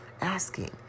asking